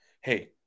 hey